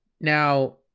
now